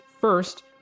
First